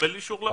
תקבל אישור.